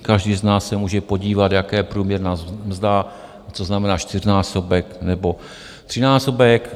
Každý z nás se může podívat, jaká je průměrná mzda, co znamená čtyřnásobek nebo trojnásobek.